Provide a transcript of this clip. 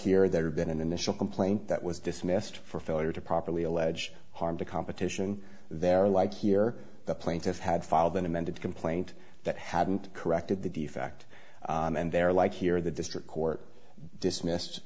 here there have been an initial complaint that was dismissed for failure to properly allege harm to competition there like here the plaintiff had filed an amended complaint that hadn't corrected the defect and there like here the district court dismissed